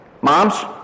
Moms